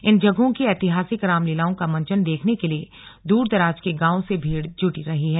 इन जगहों की ऐतिहासिक रामलीलाओं का मंचन देखने के लिए दूरदराज के गांवों से भीड़ जुट रही है